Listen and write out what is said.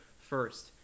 first